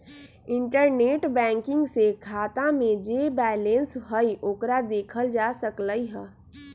internet banking से खाता में जे बैलेंस हई ओकरा देखल जा सकलई ह